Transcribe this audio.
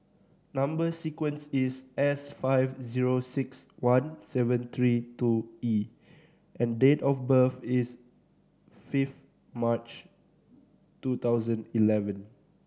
number sequence is S five zero six one seven three two E and date of birth is fifth March two thousand eleven